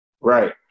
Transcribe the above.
Right